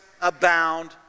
abound